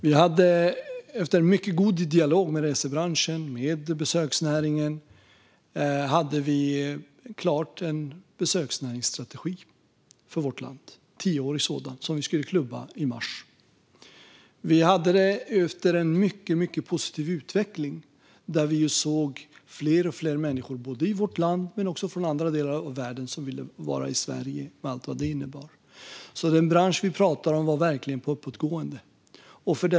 Vi hade efter en mycket god dialog med resebranschen och besöksnäringen fått klart en tioårig besöksnäringsstrategi för vårt land som vi skulle klubba i mars. Den hade vi kommit fram till efter en mycket positiv utveckling där vi såg att allt fler människor i vårt land men också från andra delar av världen ville vara i Sverige, med allt vad det innebar. Den bransch vi talar om var alltså verkligen på uppåtgående.